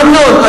אמנון,